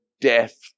death